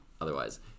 otherwise